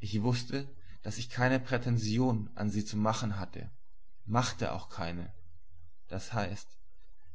ich wußte daß ich keine prätension an sie zu machen hatte machte auch keine das heißt